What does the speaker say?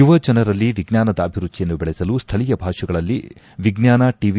ಯುವ ಜನರಲ್ಲಿ ವಿಜ್ವಾನದ ಅಭಿರುಚಿಯನ್ನು ಬೆಳೆಸಲು ಸ್ಥಳೀಯ ಭಾಷೆಗಳಲ್ಲಿ ವಿಜ್ವಾನ ಟಿ